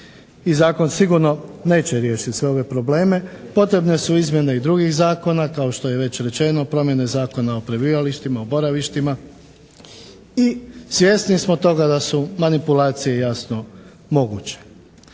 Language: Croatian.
i zakon sigurno neće riješiti sve ove probleme. Potrebne su izmjene i drugih zakona kao što je već rečeno, promjene Zakona o prebivalištima, o boravištima. I svjesni smo toga da su manipulacije jasno moguće.